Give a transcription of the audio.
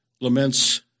laments